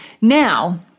Now